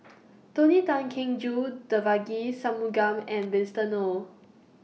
Tony Tan Keng Joo Devagi Sanmugam and Winston Oh